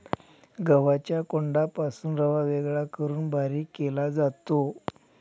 गव्हाच्या कोंडापासून रवा वेगळा करून बारीक केला जातो